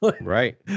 Right